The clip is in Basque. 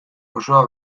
osoa